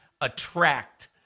attract